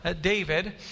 David